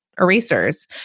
erasers